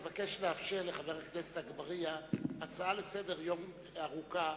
אני מבקש לאפשר לחבר הכנסת אגבאריה הצעה לסדר-יום ארוכה,